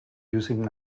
using